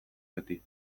beti